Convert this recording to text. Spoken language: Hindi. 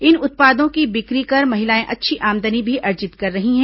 इन उत्पादों की बिक्री कर महिलाएं अच्छी आमदनी भी अर्जित कर रही हैं